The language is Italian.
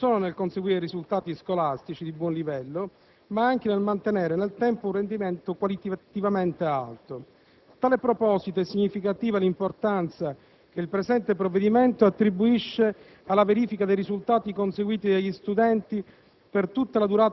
che consiste non solo nel conseguire risultati scolastici di buon livello, ma anche nel mantenere nel tempo un rendimento qualitativamente elevato. A tale proposito è significativa l'importanza che il presente provvedimento attribuisce alla verifica dei risultati conseguiti dagli studenti